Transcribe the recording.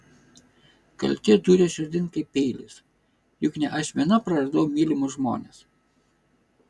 kaltė dūrė širdin kaip peilis juk ne aš viena praradau mylimus žmones